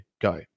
go